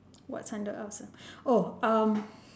what's under else ah oh um